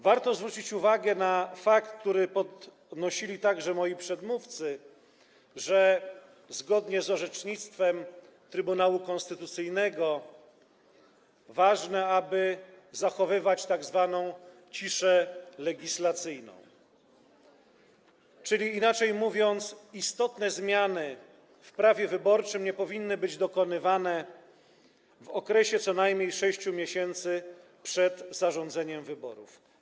Warto zwrócić uwagę na fakt, który podnosili także moi przedmówcy, że - zgodnie z orzecznictwem Trybunału Konstytucyjnego - ważne jest, aby zachowywać tzw. ciszę legislacyjną, czyli inaczej mówiąc, istotne zmiany w prawie wyborczym nie powinny być dokonywane w okresie co najmniej 6 miesięcy przed dniem zarządzenia wyborów.